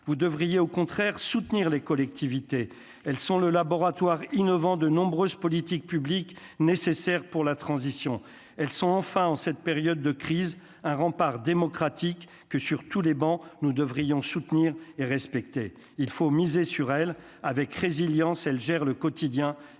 vous devriez au contraire soutenir les collectivités, elles sont le laboratoire innovant de nombreuses politiques publiques nécessaires pour la transition, elles sont enfin en cette période de crise, un rempart démocratique que sur tous les bancs, nous devrions soutenir et respecter, il faut miser sur elle avec résilience, elle gère le quotidien